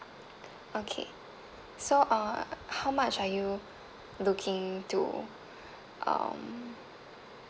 okay so uh how much are you looking to um